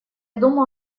думал